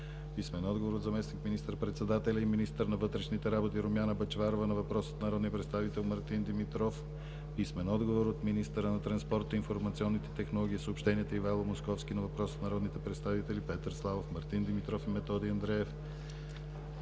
писмен отговор от заместник министър-председателя и министър на вътрешните работи Румяна Бъчварова на въпрос от народния представител Мартин Димитров; - писмен отговор от министъра на транспорта, информационните технологии и съобщенията Ивайло Московски на въпрос от народните представители Петър Славов, Мартин Димитров и Методи Андреев;